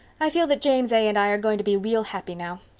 i feel that james a. and i are going to be real happy now.